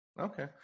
Okay